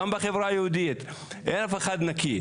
גם בחברה היהודית - אין אף אחד נקי.